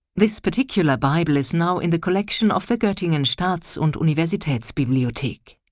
this particular bible is now in the collection of the gottingen staats und universitatsbibliothek.